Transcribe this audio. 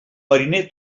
mariner